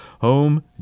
Home